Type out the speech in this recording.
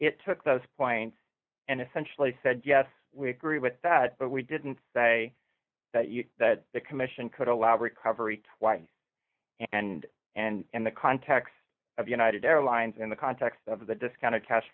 it took those points and essentially said yes we agree with that but we didn't say that you that the commission could allow recovery twice and and in the context of united airlines in the context of th